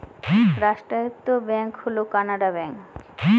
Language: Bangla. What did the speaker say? রাষ্ট্রায়ত্ত ব্যাঙ্ক হল কানাড়া ব্যাঙ্ক